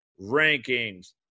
rankings